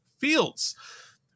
Fields